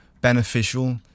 beneficial